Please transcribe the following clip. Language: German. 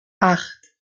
acht